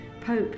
Pope